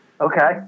okay